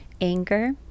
anger